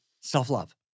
self-love